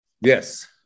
Yes